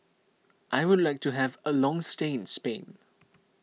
I would like to have a long stay in Spain